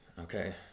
okay